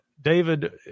David